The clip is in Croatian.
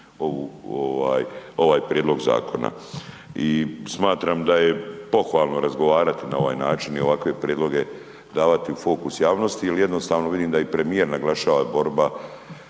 ovaj prijedlog zakona i smatram da je pohvalno razgovarati na ovaj način i ovakve prijedloge davati u fokus javnosti jer jednostavno vidim da i premijer naglašava borba